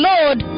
Lord